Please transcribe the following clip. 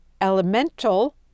elemental